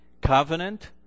covenant